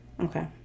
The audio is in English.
okay